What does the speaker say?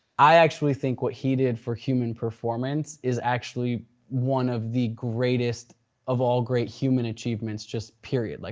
i actually think what he did for human performance is actually one of the greatest of all great human achievements just period, like